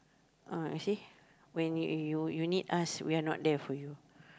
uh you see when you you you need us we are not there for you